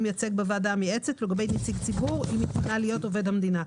מייצג בוועדה המייעצת ולגבי נציג ציבור אם אתמנה להיות עובד המדינה.